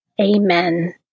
Amen